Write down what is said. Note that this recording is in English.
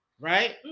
right